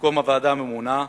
במקום הוועדה הממונה,